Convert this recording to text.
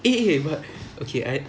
eh eh but okay I